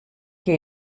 que